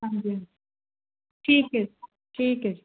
ਹਾਂਜੀ ਠੀਕ ਹੈ ਠੀਕ ਹੈ ਜੀ